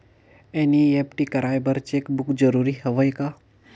NEFT कराय बर cheque book जरूरी हवय का?